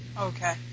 Okay